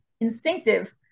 instinctive